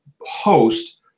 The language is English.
host